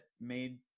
made